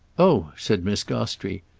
oh, said miss gostrey,